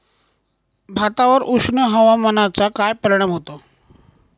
भातावर उष्ण हवामानाचा काय परिणाम होतो?